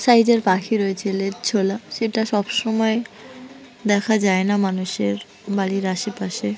সাইজের পাখি রয়েছে লেজ ঝোলা সেটা সব সমময় দেখা যায় না মানুষের বাড়ির আশেপাশে